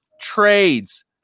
trades